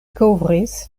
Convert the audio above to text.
kovris